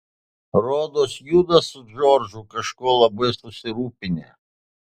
rodos judu su džordžu kažko labai susirūpinę